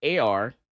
AR